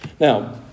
Now